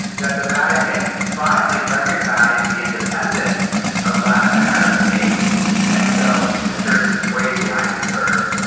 that the vatican finally recognised the independence of latin american nations. and so the church is way behind the curve,